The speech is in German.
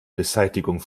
beseitigung